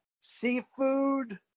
seafood